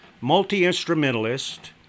multi-instrumentalist